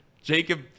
Jacob